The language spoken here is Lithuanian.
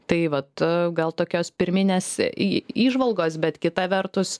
tai vat gal tokios pirminės į įžvalgos bet kita vertus